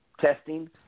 testing